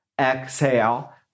Exhale